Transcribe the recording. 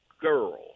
girl